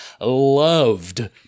loved